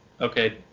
okay